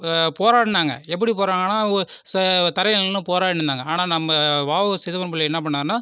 போராடினாங்க எப்படி போராடினாங்கன்னா தரையில் நின்று போராடினுருந்தாங்க ஆனால் நம்ப வா உ சிதம்பர பிள்ளை என்ன பண்ணிணாருன்னா